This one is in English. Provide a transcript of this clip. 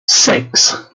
six